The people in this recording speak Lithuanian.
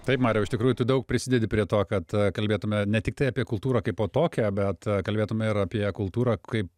taip mariau iš tikrųjų tu daug prisidedi prie to kad kalbėtume ne tiktai apie kultūrą kaipo tokią bet kalbėtume ir apie kultūrą kaip